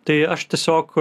tai aš tiesiog